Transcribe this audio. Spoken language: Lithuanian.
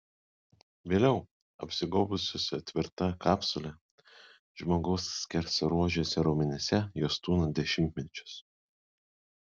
vėliau apsigaubusios tvirta kapsule žmogaus skersaruožiuose raumenyse jos tūno dešimtmečius